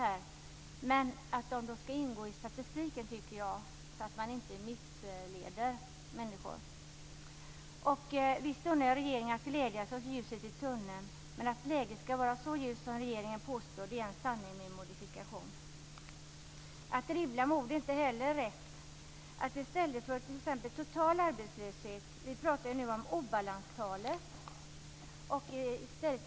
Men jag tycker att de skall ingå i statistiken så att man inte missleder människor. Visst unnar jag regeringen att glädja sig åt ljuset i tunneln. Men att läget är så ljust som regeringen påstår är en sanning med modifikation. Att dribbla med ord är inte heller rätt. Vi talar nu om obalanstalet i stället för om total arbetslöshet.